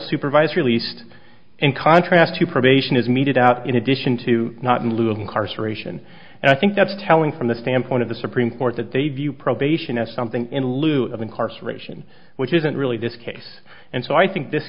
supervised released in contrast to probation is meted out in addition to not in lieu of incarceration and i think that's telling from the standpoint of the supreme court that they view probation as something in lieu of incarceration which isn't really this case and so i think this